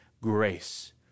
grace